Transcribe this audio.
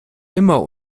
immer